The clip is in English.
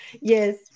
yes